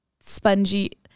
spongy